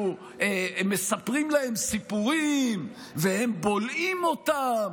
מספרים להם סיפורים והם בולעים אותם.